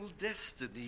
destiny